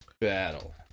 battle